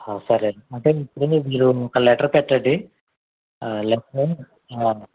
సరే అంటే మీరు ఒక లెటర్ పెట్టండి లేటరు